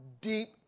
deep